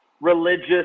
religious